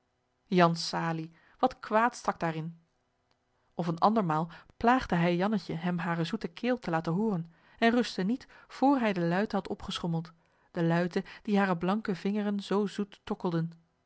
jan salie wat kwaad stak daarin of een andermaal plaagde hij jannetje hem hare zoete keel te laten hooren en rustte niet vr hij de luite had opgeschommeld de luite die hare blanke vingeren zoo zoet tokkelden